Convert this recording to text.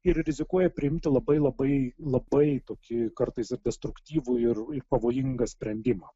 ir rizikuoja priimti labai labai labai tokį kartais ir destruktyvų ir ir pavojingą sprendimą